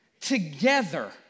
Together